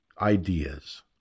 ideas